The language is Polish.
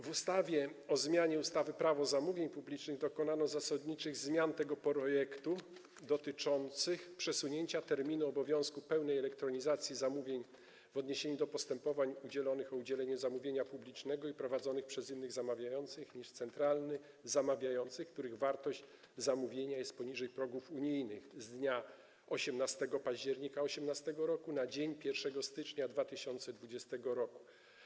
W ustawie o zmianie ustawy Prawo zamówień publicznych dokonano zasadniczych zmian tego projektu dotyczących przesunięcia terminu obowiązku pełnej elektronizacji zamówień - w odniesieniu do postępowań o udzielenie zamówienia publicznego prowadzonych przez innych zamawiających niż centralny zamawiający, których wartość zamówienia jest poniżej progów unijnych - z dnia 18 października 2018 r. na dzień 1 stycznia 2020 r.